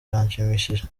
biranshimishije